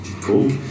Cool